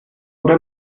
oder